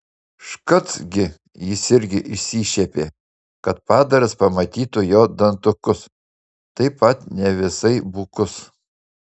škac gi jis irgi išsišiepė kad padaras pamatytų jo dantukus taip pat ne visai bukus